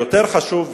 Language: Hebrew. יותר חשוב,